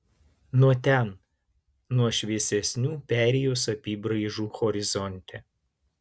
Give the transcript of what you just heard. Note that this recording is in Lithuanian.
nuo ten nuo šviesesnių perėjos apybraižų horizonte